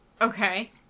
okay